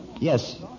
Yes